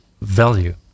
value